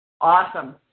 Awesome